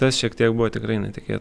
tas šiek tiek buvo tikrai netikėt